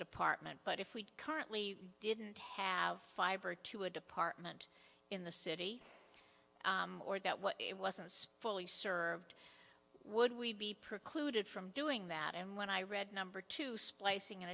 department but if we currently didn't have fiber to a department in the city or that well it wasn't fully served would we be precluded from doing that and when i read number two splicing a